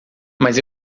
mas